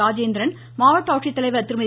ராஜேந்திரன் மாவட்ட ஆட்சித்தலைவர் திருமதி